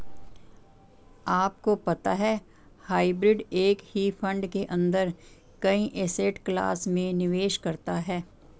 आपको पता है हाइब्रिड एक ही फंड के अंदर कई एसेट क्लास में निवेश करता है?